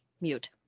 mute